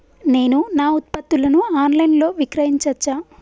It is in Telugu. నేను నా ఉత్పత్తులను ఆన్ లైన్ లో విక్రయించచ్చా?